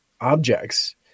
objects